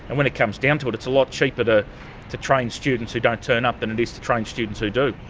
and when it comes down to it it's a lot cheaper to to train students who don't turn up than it is to train students who do.